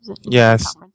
Yes